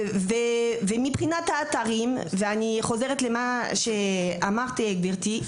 בנושא האתרים אני חוזרת למה שאמרת גברתי,